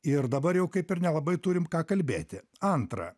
ir dabar jau kaip ir nelabai turim ką kalbėti antra